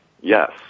Yes